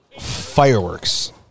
Fireworks